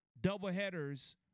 doubleheaders